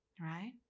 right